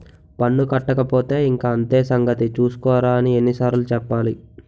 పన్ను కట్టకపోతే ఇంక అంతే సంగతి చూస్కోరా అని ఎన్ని సార్లు చెప్పాలి